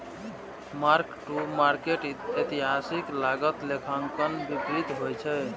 mark to market एतिहासिक लागत लेखांकन के विपरीत होइ छै